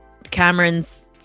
Cameron's